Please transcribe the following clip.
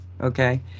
Okay